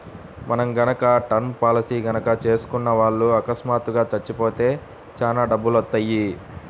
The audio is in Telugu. మనం గనక టర్మ్ పాలసీలు గనక చేసుకున్న వాళ్ళు అకస్మాత్తుగా చచ్చిపోతే చానా డబ్బులొత్తయ్యి